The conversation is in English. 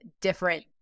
different